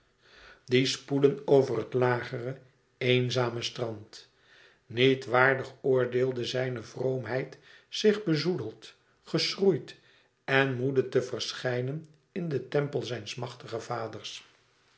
die spoelen over het lagere eenzame strand niet waardig oordeelde zijne vroomheid zich bezoedeld geschroeid en moede te verschijnen in den tempel zijns machtigen vaders